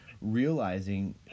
realizing